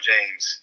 James